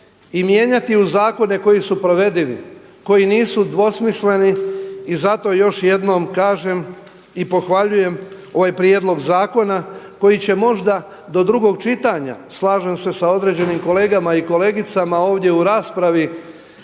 i mijenjati u zakone koji su provedivi, koji nisu dvosmisleni. I zato još jednom kažem i pohvaljujem ovaj prijedlog zakona koji će možda do drugog čitanja, slažem se sa određenim kolegama i kolegicama ovdje u raspravi,